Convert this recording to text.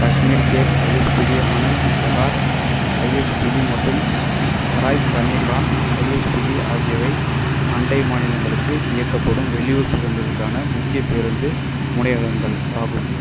Kashmir gate ISBT Anand Vihar ISBT மற்றும் Sarai Kale Khan ISBT ஆகியவை அண்டை மாநிலங்களுக்கு இயக்கப்படும் வெளியூர் பேருந்துகளுக்கான முக்கிய பேருந்து முனையகங்கள் ஆகும்